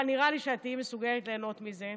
אבל נראה לי שאת תהיי מסוגלת ליהנות מזה.